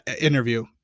interview